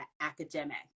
academic